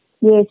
yes